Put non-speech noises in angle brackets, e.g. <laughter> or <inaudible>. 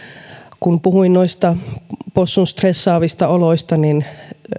<unintelligible> kun puhuin noista possun stressaavista oloista niin <unintelligible> <unintelligible> <unintelligible>